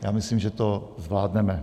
Já myslím, že to zvládneme.